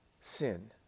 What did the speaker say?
sin